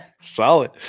Solid